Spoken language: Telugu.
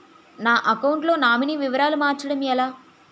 నా అకౌంట్ లో నామినీ వివరాలు మార్చటం ఎలా?